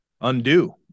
undo